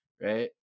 right